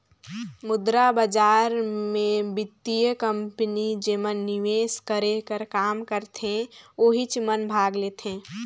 मुद्रा बजार मे बित्तीय कंपनी जेमन निवेस करे कर काम करथे ओहिच मन भाग लेथें